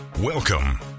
Welcome